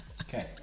Okay